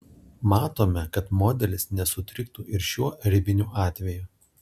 matome kad modelis nesutriktų ir šiuo ribiniu atveju